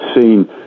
seen